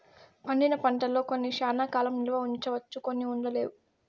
పండిన పంటల్లో కొన్ని శ్యానా కాలం నిల్వ ఉంచవచ్చు కొన్ని ఉండలేవు